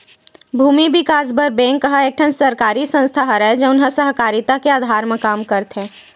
भूमि बिकास बर बेंक ह एक ठन सरकारी संस्था हरय, जउन ह सहकारिता के अधार म काम करथे